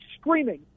screaming